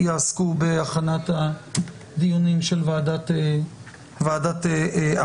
יעסקו בהכנת הדיונים של ועדת המשנה,